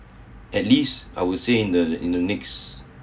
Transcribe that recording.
at least I would say in the in the next